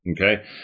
Okay